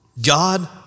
God